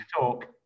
talk